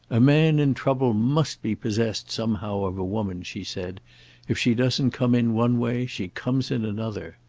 a man in trouble must be possessed somehow of a woman, she said if she doesn't come in one way she comes in another.